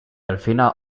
delfina